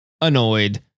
annoyed